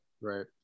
Right